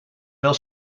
wel